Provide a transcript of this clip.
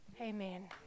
Amen